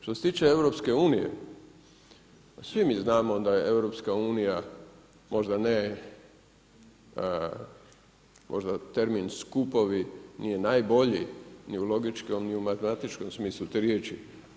Što se tiče EU pa svi mi znamo da je EU možda ne, možda termin skupovi nije najbolji ni u logičkom, ni u matematičkom smislu te riječi.